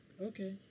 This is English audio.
okay